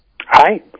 Hi